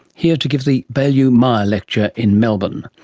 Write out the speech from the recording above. here to give the baillieu myer lecture in melbourne.